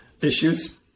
issues